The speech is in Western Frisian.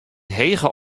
hege